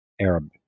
Arab